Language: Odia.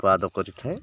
ଉତ୍ପାଦ କରିଥାଏ